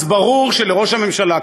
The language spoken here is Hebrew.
אז ברור שלראש הממשלה,